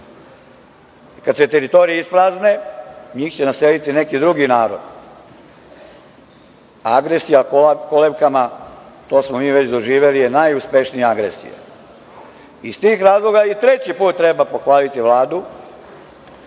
Kada se teritorije isprazne, njih će naseliti neki drugi narodi. Agresija kolevkama, to smo mi već doživeli, je najuspešnija agresija. Iz tih razloga i treći put treba pohvaliti Vladu,